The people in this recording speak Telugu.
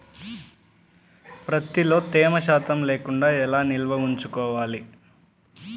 ప్రత్తిలో తేమ శాతం లేకుండా ఎలా నిల్వ ఉంచుకోవాలి?